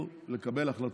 תתחילו לקבל החלטות.